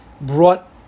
Brought